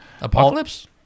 Apocalypse